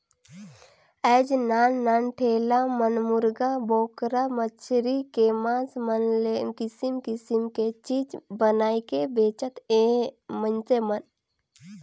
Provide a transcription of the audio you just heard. आयज नान नान ठेला मन मुरगा, बोकरा, मछरी के मास मन ले किसम किसम के चीज बनायके बेंचत हे मइनसे मन